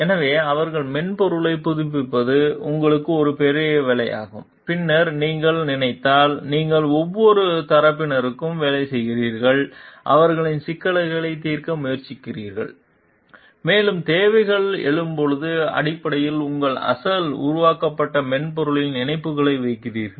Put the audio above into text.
எனவே அவர்களின் மென்பொருளைப் புதுப்பிப்பது உங்களுக்கு ஒரு பெரிய வேலையாகும் பின்னர் நீங்கள் நினைத்தால் நீங்கள் ஒவ்வொரு தரப்பினருக்கும் வேலை செய்கிறீர்கள் அவர்களின் சிக்கல்களைத் தீர்க்க முயற்சிக்கிறீர்கள் மேலும் தேவைகள் எழும்போது அடிப்படையில் உங்கள் அசல் உருவாக்கப்பட்ட மென்பொருளுக்கு இணைப்புகளை வைக்கிறீர்கள்